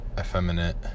effeminate